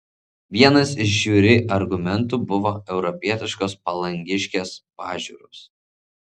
vienas iš žiuri argumentų buvo europietiškos palangiškės pažiūros